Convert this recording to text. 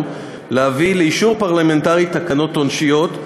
להביא לאישור פרלמנטרי תקנות עונשיות,